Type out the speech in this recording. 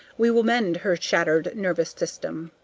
we will mend her shattered nervous system.